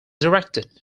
directed